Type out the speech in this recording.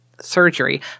surgery